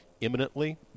imminently